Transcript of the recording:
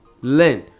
learn